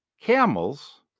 camels